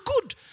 good